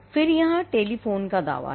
फिर यहाँ टेलीफोन का दावा है